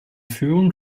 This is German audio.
führung